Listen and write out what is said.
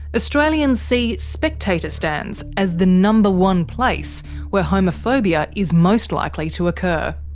australians see spectator stands as the number one place where homophobia is most likely to occur.